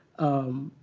um,